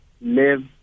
live